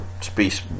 Space